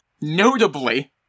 Notably